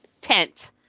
tent